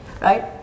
Right